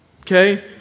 Okay